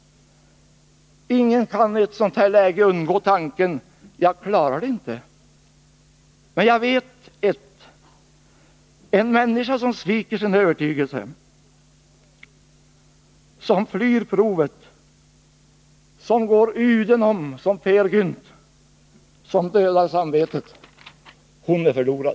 Ingen kan i ett sådant läge undgå tanken: Jag klarar det inte. Men ett vet jag: En människa som sviker sin övertygelse, som flyr provet, som går ”udenom” liksom Peer Gynt, som dödar samvetet, hon är förlorad.